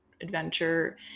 adventure